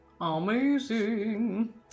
Amazing